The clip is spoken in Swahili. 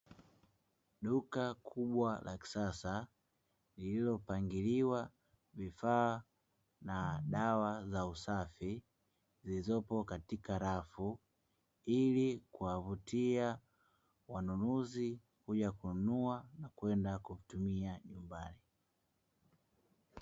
Duka kubwa la kisasa lililopangiliwa vifaa na dawa za usafi zilizopo katika rafu ili kuwavutia wanunuzi kuja kununua na kwenda kutumia nyumbani.